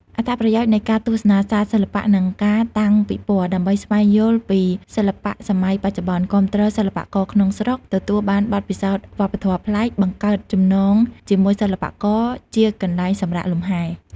អត្ថប្រយោជន៍នៃការទស្សនាសាលសិល្បៈ និងការតាំងពិពណ៌ ដើម្បីស្វែងយល់ពីសិល្បៈសម័យបច្ចុប្បន្ន គាំទ្រសិល្បករក្នុងស្រុក ទទួលបានបទពិសោធន៍វប្បធម៌ប្លែក បង្កើតចំណងជាមួយសិល្បករ ជាកន្លែងសម្រាកលំហែ។